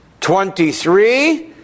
Twenty-three